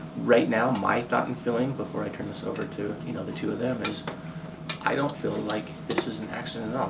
right now, my thought and feeling before i turn this over to you know the two of them is i don't feel like this is an accident